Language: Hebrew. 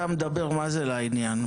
אתה מדבר עד עכשיו מאוד לעניין.